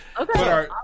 Okay